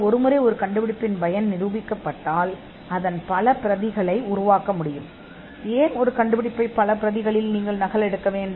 ஒருமுறை பயன் நிரூபிக்கப்பட்டதும் அதை பல பிரதிகளில் உருவாக்க முடியும் நீங்கள் கண்டுபிடிப்பைப் பிரதிபலிக்க முடியும் ஏன் ஒரு கண்டுபிடிப்பை பல பிரதிகளில் நகலெடுப்பீர்கள்